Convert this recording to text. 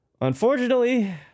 Unfortunately